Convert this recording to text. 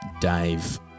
Dave